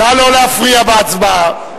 נא לא להפריע בהצבעה.